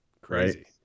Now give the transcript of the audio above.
crazy